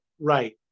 Right